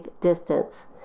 distance